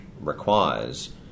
requires